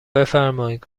بفرمایید